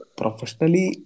professionally